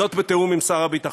זאת בתיאום עם שר הביטחון.